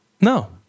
No